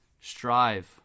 Strive